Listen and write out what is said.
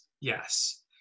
Yes